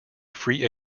free